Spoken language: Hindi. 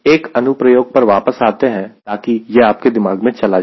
एक अनुप्रयोग पर वापस आते हैं ताकि यह आपके दिमाग में चला जाए